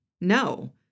no